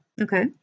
Okay